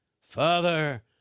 Father